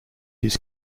his